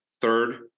third